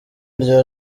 rya